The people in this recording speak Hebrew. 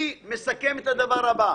אני מסכם את הדבר הבא: